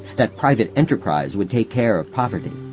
that private enterprise would take care of poverty,